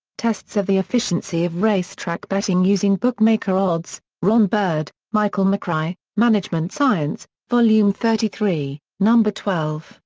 tests of the efficiency of racetrack betting using bookmaker odds, ron bird, michael mccrae, management science, volume thirty three, number twelve,